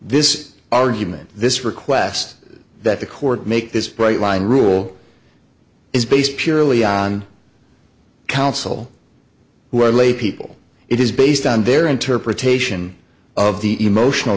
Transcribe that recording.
this argument this request that the court make this bright line rule is based purely on counsel who are laypeople it is based on their interpretation of the emotional